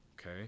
okay